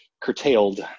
curtailed